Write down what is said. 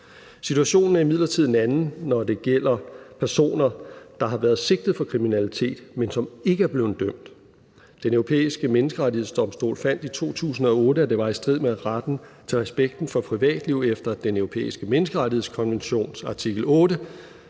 Situationen er imidlertid en anden, når det gælder personer, der har været sigtet for kriminalitet, men som ikke er blevet dømt. Den Europæiske Menneskerettighedsdomstol fandt i 2008, at det var i strid med retten til respekten for privatliv efter Den Europæiske Menneskerettighedskonventions artikel